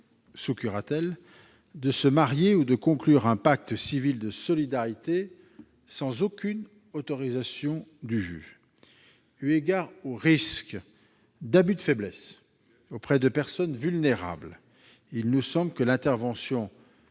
curatelle de se marier ou de conclure un pacte civil de solidarité sans aucune autorisation du juge. Eu égard aux risques d'abus de faiblesse touchant des personnes vulnérables, il nous semble que l'intervention